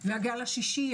וגם השישי,